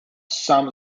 some